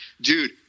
Dude